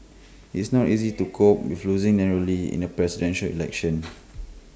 it's not easy to cope with losing narrowly in A Presidential Election